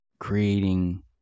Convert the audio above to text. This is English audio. creating